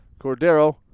Cordero